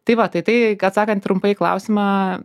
tai va tai tai atsakant trumpai į klausimą